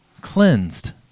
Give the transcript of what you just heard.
cleansed